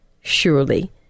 Surely